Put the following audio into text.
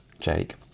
Jake